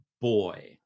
boy